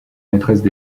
maîtresses